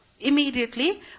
immediately